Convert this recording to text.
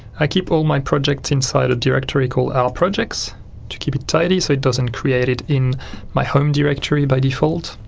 i keep all my projects inside a directory called r projects to keep it tidy so it doesn't create it in my home directory by default